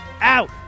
out